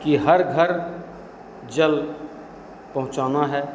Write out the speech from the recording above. कि हर घर जल पहुँचाना है